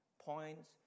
points